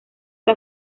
que